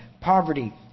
poverty